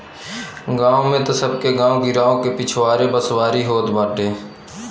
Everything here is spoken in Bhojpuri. गांव में तअ सबके गांव गिरांव के पिछवारे बसवारी होत बाटे